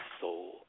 soul